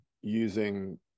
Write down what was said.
using